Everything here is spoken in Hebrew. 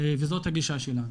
וזאת הגישה שלנו.